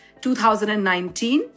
2019